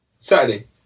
Saturday